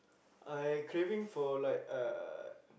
I craving for like uh